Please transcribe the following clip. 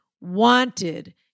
wanted